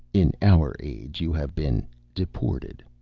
in our age, you have been deported.